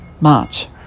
March